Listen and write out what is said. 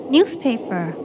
Newspaper